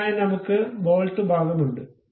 അതിനായി നമ്മുക്ക് ബോൾട്ട് ഭാഗം ഉണ്ട്